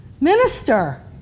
minister